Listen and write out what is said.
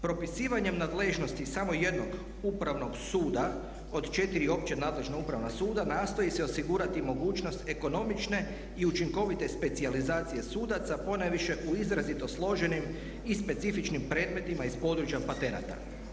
Propisivanjem nadležnosti samo jednog Upravnog suda od 4 opća nadležna Upravna suda nastoji se osigurati mogućnost ekonomične i učinkovite specijalizacije sudaca ponajviše u izrazito složenim i specifičnim predmetima iz područja patenata.